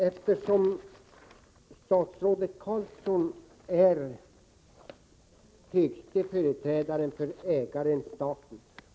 Herr talman! Statsrådet Roine Carlsson är högste företrädare för ägaren staten.